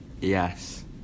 Yes